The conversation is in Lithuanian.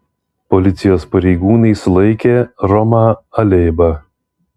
policijos pareigūnai sulaikė romą alėbą